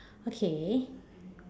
okay